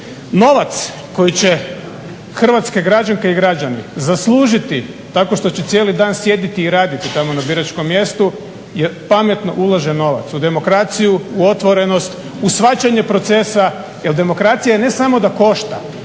Novac koji će hrvatske građanke i građani zaslužiti tako što će cijeli dan sjediti i raditi tamo na biračkom mjestu je pametno uložen novac u demokraciju, u otvorenost, u shvaćanje procesa. Jer demokracija ne samo da košta,